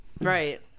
right